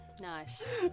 Nice